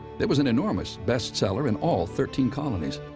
it was an enormous best seller in all thirteen colonies.